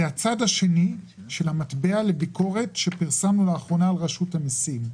זה הצד השני של המטבע לביקורת שפרסמנו לאחרונה על רשות המסים.